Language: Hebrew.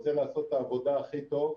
רוצה לעשות את העבודה הכי טוב,